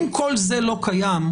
אם כל זה לא קיים,